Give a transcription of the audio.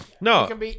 No